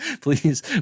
Please